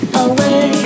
away